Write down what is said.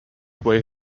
way